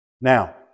Now